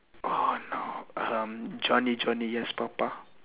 oh no um johnny johnny yes papa